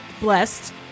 blessed